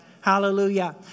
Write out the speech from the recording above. Hallelujah